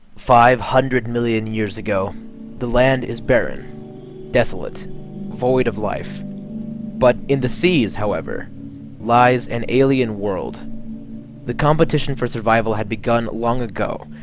five hundred million years ago the land is barren desolate void of life but in the seas however lies an alien world the competition for survival had begun long ago,